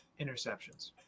interceptions